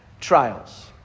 Trials